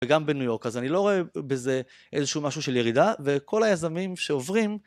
וגם בניו יורק, אז אני לא רואה בזה איזשהו משהו של ירידה, וכל היזמים שעוברים